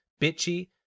bitchy